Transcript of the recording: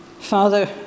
Father